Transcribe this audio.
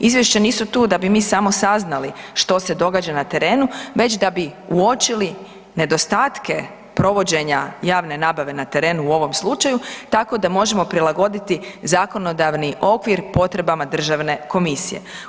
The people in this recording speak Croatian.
Izvješća nisu tu da bi mi samo saznali što se događa na terenu već da bi uočili nedostatke provođenja javne nabave na terenu u ovom slučaju, tako da možemo prilagoditi zakonodavni okvir potrebama državne komisije.